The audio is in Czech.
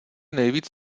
nejvíc